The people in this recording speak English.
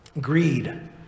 Greed